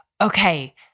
okay